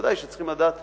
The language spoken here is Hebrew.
בוודאי כולם צריכים לדעת